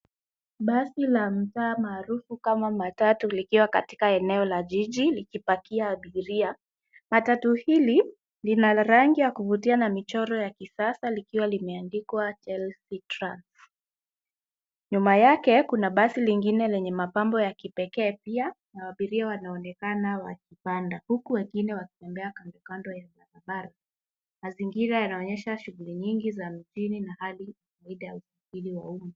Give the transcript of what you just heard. Basi la mtaa maharufu kama matatu, likiwa katika eneo la jiji, likipakia abiria. Matatu hili lina rangi ya kuvutia na michoro ya kisasa likiwa limeandikwa Chelsea trans. Nyuma yake kuna basi lingine lenye mapambo ya kipekee pia, na abiria wanaonekana wakipanda, huku wengine wakitembea kandokando ya barabara. Mazingira yanaonyesha shughuli nyingi za mjini na hali ya usafiri wa umma.